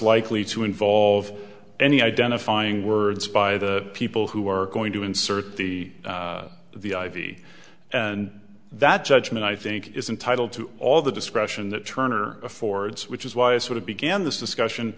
likely to involve any identifying words by the people who are going to insert the the i v and that judgment i think is entitle to all the discretion that turner affords which is why i sort of began this discussion